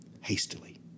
hastily